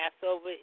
Passover